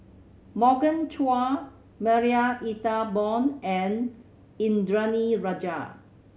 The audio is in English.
Morgan Chua Marie Ethel Bong and Indranee Rajah